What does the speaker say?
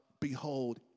behold